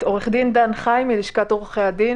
עו"ד דן חי, לשכת עורכי הדין.